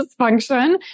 dysfunction